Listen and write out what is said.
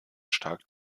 stark